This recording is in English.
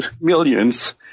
millions